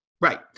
Right